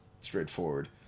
straightforward